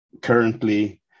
currently